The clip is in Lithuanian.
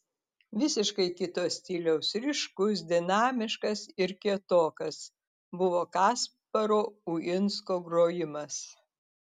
visiškai kito stiliaus ryškus dinamiškas ir kietokas buvo kasparo uinsko grojimas